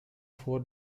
four